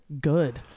Good